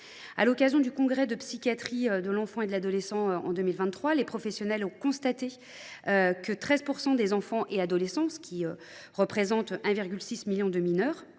À l’occasion du Congrès français de psychiatrie de l’enfant et de l’adolescent de 2023, les professionnels ont constaté que 13 % des enfants et adolescents – cela représente 1,6 million de mineurs,